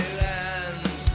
land